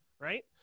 right